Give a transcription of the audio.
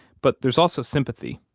but there's also sympathy,